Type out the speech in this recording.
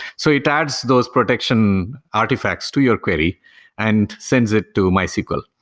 so it adds those protection artifacts to your query and sends it to mysql.